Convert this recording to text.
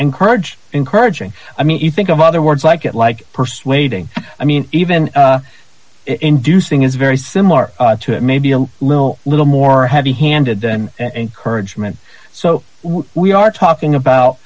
encourage encouraging i mean you think of other words like it like persuading i mean even inducing is very similar to maybe a little little more heavy handed than encourage them and so we are talking about